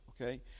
okay